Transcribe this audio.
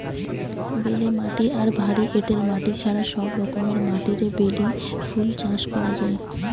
বেলে মাটি আর ভারী এঁটেল মাটি ছাড়া সব রকমের মাটিরে বেলি ফুল চাষ করা যায়